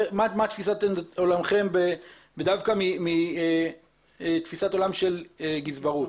מה תפיסת עולמכם דווקא מתפיסת עולם של גזברות.